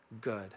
good